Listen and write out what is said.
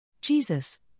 Jesus